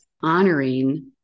honoring